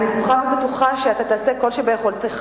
אני סמוכה ובטוחה שאתה תעשה כל שביכולתך